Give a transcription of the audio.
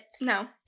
No